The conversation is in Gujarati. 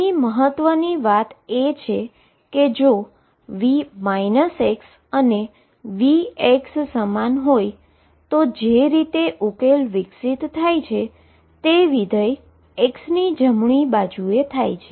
અહી મહત્વની બાબત એ છે કે જો V અને V સમાન હોય તો જે રીતે ઉકેલ વિકસિત થાય છે તે ફંક્શન x ની જમણી બાજુએ થાય છે